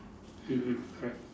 mm mm correct